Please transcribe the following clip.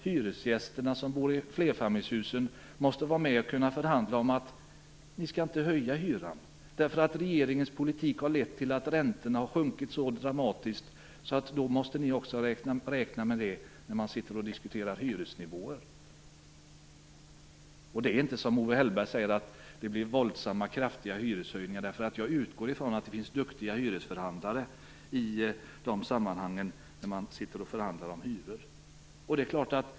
Hyresgästerna som bor i flerfamiljshusen måste vara med och kunna förhandla om att man inte skall höja hyran, därför att regeringens politik har lett till att räntorna har sjunkit så dramatiskt att hyresvärdarna också måste räkna med det när man diskuterar hyresnivåer. Det blir inte, som Owe Hellberg säger, kraftiga hyreshöjningar. Jag utgår från att det finns duktiga hyresförhandlare som deltar när man förhandlar om hyror.